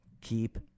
keep